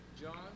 John